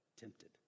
tempted